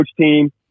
team